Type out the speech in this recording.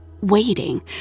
waiting